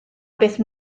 beth